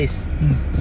mm